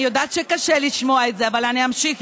אני יודע שקשה לשמוע את זה, אבל אני אמשיך.